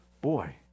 Boy